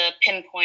pinpoint